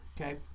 okay